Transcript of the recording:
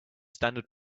standard